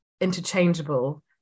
interchangeable